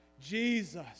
Jesus